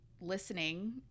listening